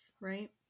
right